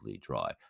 dry